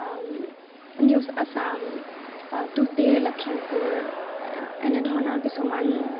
news Assam today Lakhimpur এনেধৰণৰ কিছুমান